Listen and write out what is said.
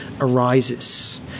arises